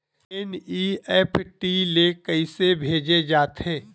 NEFT ले कइसे भेजे जाथे?